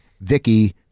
Vicky